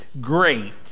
great